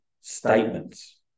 statements